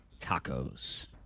Tacos